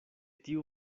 tiu